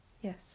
Yes